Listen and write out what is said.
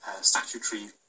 statutory